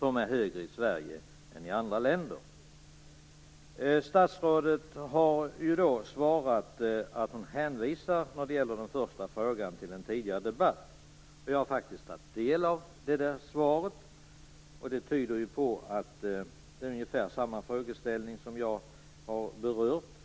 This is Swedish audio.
vilka är högre i Sverige än i andra länder. När det gäller den första frågan har statsrådet i svaret hänvisat till en tidigare debatt. Jag har faktiskt tagit del av svaret, som tar upp ungefär samma frågeställning som jag har berört.